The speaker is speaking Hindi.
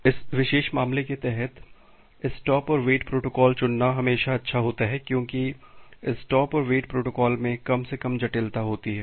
तो इस विशेष मामले के तहत स्टॉप और वेट प्रोटोकॉल चुनना हमेशा अच्छा होता है क्योंकि स्टॉप और वेट प्रोटोकॉल में कम से कम जटिलता होती है